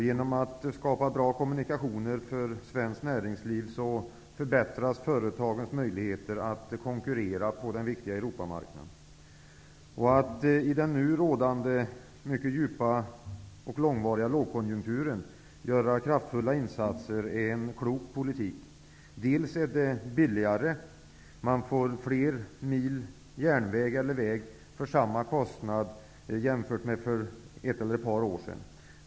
Genom att det skapas bra kommunikationer för svenskt näringsliv förbättras företagens möjligheter att konkurrera på den viktiga Europamarknaden. Att i den nu rådande mycket djupa och långvariga lågkonjunkturen göra kraftfulla insatser är en klok politik. Det är billigare. Man får fler mil järnväg eller väg till ett visst pris, jämfört med hur det var för ett eller ett par år sedan.